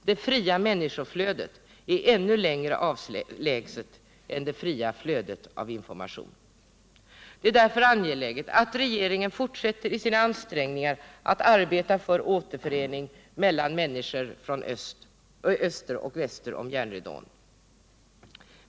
Det fria människoflödet är ännu längre avlägset än det fria flödet av information. Det är därför angeläget att regeringen fortsätter i sina ansträngningar att arbeta för återförening av människor öster och väster om järnridån.